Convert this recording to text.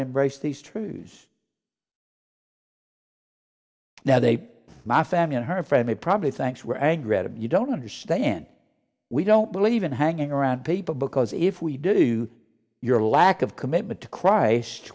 embrace these trues now they my family and her friend he probably thinks we're angry at him you don't understand we don't believe in hanging around people because if we do your lack of commitment to christ